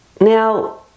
now